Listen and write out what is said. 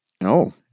No